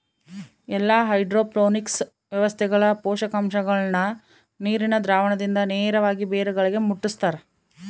ಎಲ್ಲಾ ಹೈಡ್ರೋಪೋನಿಕ್ಸ್ ವ್ಯವಸ್ಥೆಗಳ ಪೋಷಕಾಂಶಗುಳ್ನ ನೀರಿನ ದ್ರಾವಣದಿಂದ ನೇರವಾಗಿ ಬೇರುಗಳಿಗೆ ಮುಟ್ಟುಸ್ತಾರ